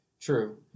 true